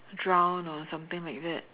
drown or something like that